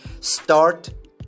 start